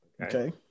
Okay